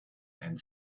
and